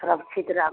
सुरक्षित रहू